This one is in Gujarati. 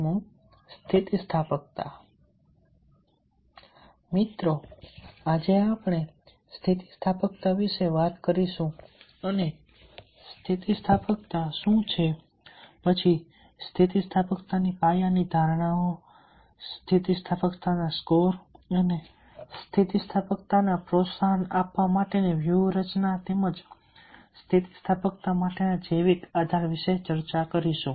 મિત્રો આજે આપણે સ્થિતિસ્થાપકતા વિશે વાત કરીશું અને સ્થિતિસ્થાપકતા શું છે પછી સ્થિતિસ્થાપકતાની પાયાની ધારણાઓ સ્થિતિસ્થાપકતા સ્કોર અને સ્થિતિસ્થાપકતાને પ્રોત્સાહન આપવા માટેની વ્યૂહરચના તેમજ સ્થિતિસ્થાપકતા માટેના જૈવિક આધાર વિશે ચર્ચા કરીશું